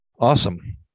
Awesome